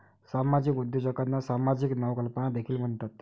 सामाजिक उद्योजकांना सामाजिक नवकल्पना देखील म्हणतात